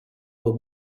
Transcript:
were